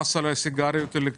כמו המס על הסיגריות האלקטרוניות,